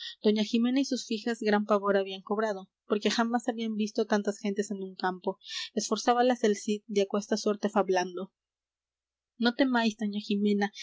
doña jimena y sus fijas gran pavor habían cobrado porque jamás habían visto tantas gentes en un campo esforzábalas el cid de aquesta suerte fablando no temáis doña jimena